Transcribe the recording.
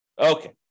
Okay